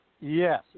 Yes